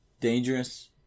dangerous